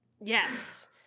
yes